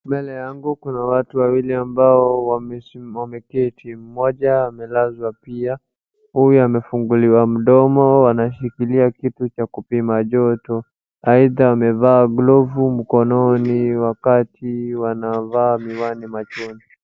Mbele yangu kuna watu wawili ambao wameketi. Mmoja amelazwa pia, huyu amefunguliwa mdomo anashikilia kitu cha kupima joto. Aidha wamevaa glovu mkononi wakati wanavaa miwani machoni.